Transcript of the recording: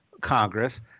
Congress